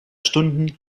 stunden